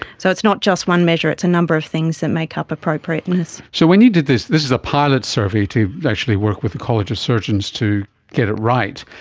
so it's not just one measure, it's a number of things that make up appropriateness. so when you did this, this is a pilot survey to actually work with the college of surgeons to get it right.